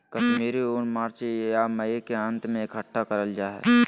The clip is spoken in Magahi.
कश्मीरी ऊन मार्च या मई के अंत में इकट्ठा करल जा हय